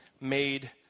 made